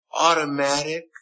automatic